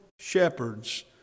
shepherds